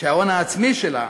וההון העצמי שלה,